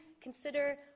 consider